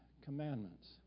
commandments